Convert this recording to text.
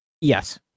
Yes